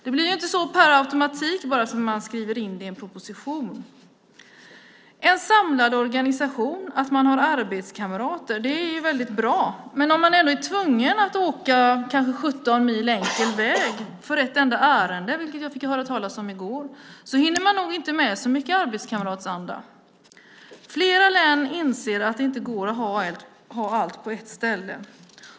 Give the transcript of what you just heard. Det blir inte så per automatik bara för att detta skrivs i en proposition. En samlad organisation och detta med att ha arbetskamrater är väldigt bra. Men om man är tvungen att åka kanske 17 mil enkel väg för ett enda ärende, vilket jag hörde talas om i går, hinner man nog inte med så mycket av arbetskamratsanda. I flera län inser man att det inte går att ha allt på ett ställe.